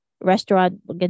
restaurant